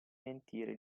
mentire